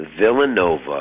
Villanova